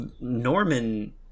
Norman